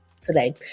today